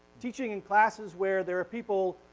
teaching in classes where there are people